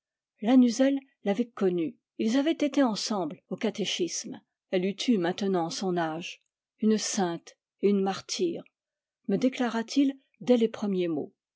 lannuzel l'avait connue ils avaient été ensemble au catéchisme elle eût eu maintenant son âge une sainte et une martyre me déclara-t-il dès les premiers mots